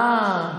אה,